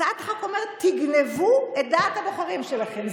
הצעת החוק אומרת: תגנבו את דעת הבוחרים שלהם,